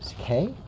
so okay,